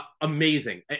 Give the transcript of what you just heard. amazing